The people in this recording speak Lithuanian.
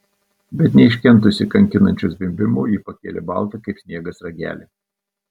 bet neiškentusi kankinančio zvimbimo ji pakėlė baltą kaip sniegas ragelį